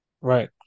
Right